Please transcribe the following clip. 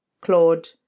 Claude